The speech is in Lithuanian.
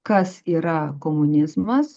kas yra komunizmas